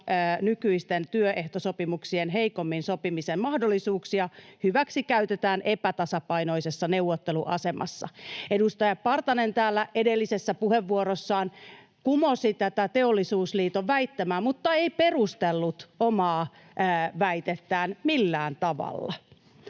nykyisten työehtosopimuksien heikommin sopimisen mahdollisuuksia hyväksikäytetään epätasapainoisessa neuvotteluasemassa. Edustaja Partanen täällä edellisessä puheenvuorossaan kumosi tämän Teollisuusliiton väittämän, mutta ei perustellut omaa väitettään millään tavalla.